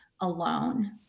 alone